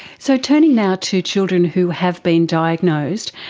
so turning now to children who have been diagnosed.